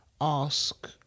ask